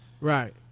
Right